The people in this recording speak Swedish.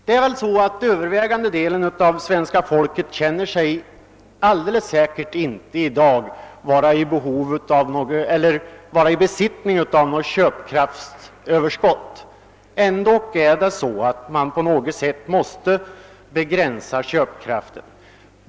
Den övervägande delen av svenska folket känner sig i dag alldeles säkert inte vara i besittning av något köpkraftsöverskott. ändock måste man på något sätt begränsa köpkraften.